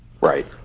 Right